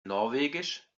norwegisch